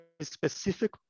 specific